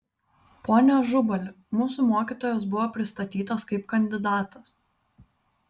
pone ažubali mūsų mokytojas buvo pristatytas kaip kandidatas